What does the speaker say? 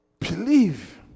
Believe